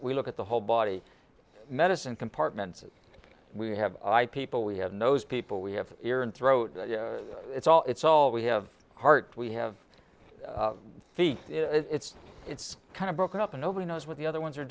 we look at the whole body medicine compartmented we have i people we have nose people we have ear and throat it's all it's all we have heart we have feet it's it's kind of broken up and nobody knows what the other ones are